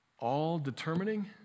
all-determining